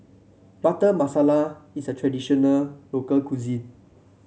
Butter Masala is a traditional local cuisine